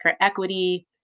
equity